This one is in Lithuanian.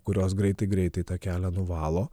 kurios greitai greitai tą kelią nuvalo